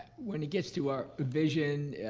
when it gets to our vision,